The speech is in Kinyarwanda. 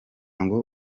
ngo